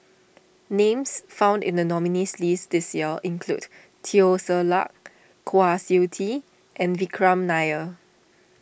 names found in the nominees' list this year include Teo Ser Luck Kwa Siew Tee and Vikram Nair